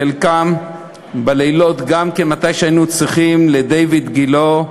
חלקם גם בלילות, מתי שהיינו צריכים: לדיויד גילה,